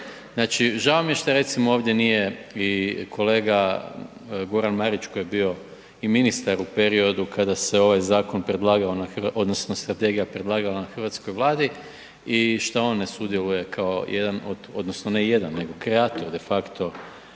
Znači, žao mi je što recimo ovdje nije i kolega Goran Marić koji je bio i ministar u periodu kada se ovaj zakon predlagao, odnosno strategija predlagala na hrvatskoj Vladi i što on ne sudjeluje kao jedan od odnosno ne jedan, nego kreator de facto